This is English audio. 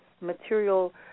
material